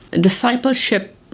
Discipleship